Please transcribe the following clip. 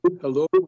Hello